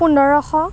পোন্ধৰশ